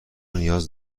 نیاز